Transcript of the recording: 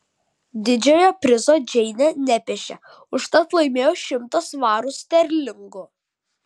didžiojo prizo džeinė nepešė užtat laimėjo šimtą svarų sterlingų